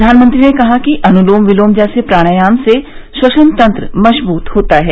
प्रधानमंत्री ने कहा कि अनुलोम विलोम जैसे प्राणायाम से श्वसन तंत्र मजबूत होता है